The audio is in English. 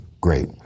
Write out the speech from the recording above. great